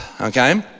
Okay